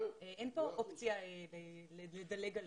אין פה אופציה לדלג עליה.